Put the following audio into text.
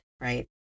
right